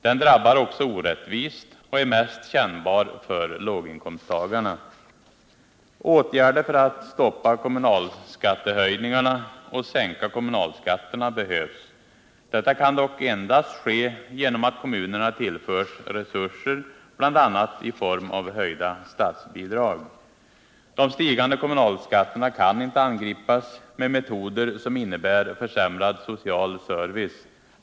Den drabbar också orättvist och är mest kännbar för låginkomsttagarna. Åtgärder för att stoppa kommunalskattehöjningarna och sänka kommunalskatterna behövs. Detta kan dock endast ske genom att kommunerna tillförs resurser, bl.a. i form av höjda statsbidrag. De stigande kommunalskatterna kan inte angripas med metoder som innebär försämrad social service.